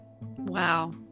wow